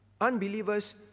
unbelievers